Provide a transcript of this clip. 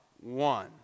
one